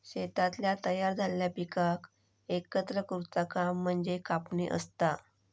शेतातल्या तयार झालेल्या पिकाक एकत्र करुचा काम म्हणजे कापणी असता